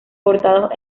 cortados